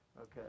Okay